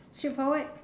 straightforward